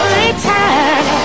return